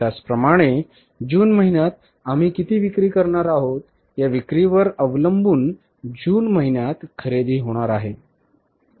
त्याचप्रमाणे जून महिन्यात आम्ही किती विक्री करणार आहोत या विक्रीवर अवलंबून जून महिन्यात खरेदी होणार आहे